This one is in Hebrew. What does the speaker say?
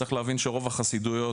צריך להבין שרוב החסידויות,